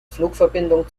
flugverbindung